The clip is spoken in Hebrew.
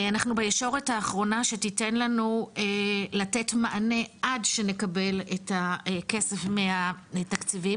אנחנו בישורת האחרונה שתתן לנו לתת מענה עד שנקבל את הכסף מהתקציבים,